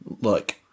Look